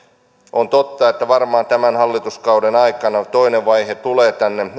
on totta että varmaan tämän hallituskauden aikana tulee toinen vaihe tänne